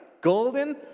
Golden